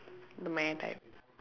the meh type